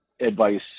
advice